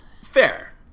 Fair